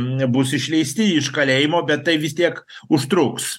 nebus išleisti iš kalėjimo bet tai vis tiek užtruks